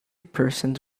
persons